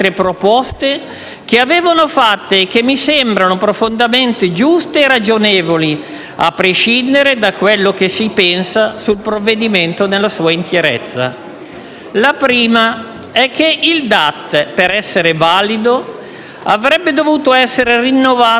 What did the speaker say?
La prima è che le DAT, per essere valide, avrebbero dovuto essere rinnovate dopo un certo periodo. Immagino con orrore la possibilità, fosse anche per un caso solo, che una persona debba essere condannata a morire